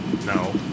No